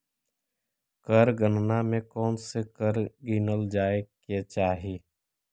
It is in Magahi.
कर गणना में कौनसे कर गिनल जाए के चाही